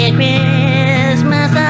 Christmas